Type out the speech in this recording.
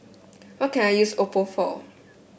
what can I use Oppo for